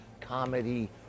comedy